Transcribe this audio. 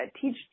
teach